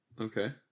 Okay